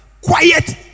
quiet